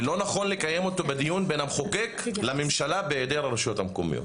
ולא נכון לקיים אותו בדיון בין המחוקק לממשלה בהיעדר הרשויות המקומיות.